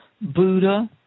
Buddha